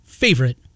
Favorite